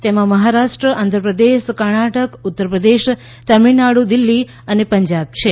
તેમાં મહારાષ્ટ્ર આંધ્ર પ્રદેશ કર્ણાટક ઉત્તર પ્રદેશ તમીળનાડ઼ દિલ્હી અને પંજાબ છે